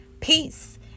peace